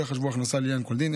לא ייחשבו הכנסה לעניין כל דין,